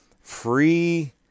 free